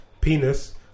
penis